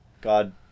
God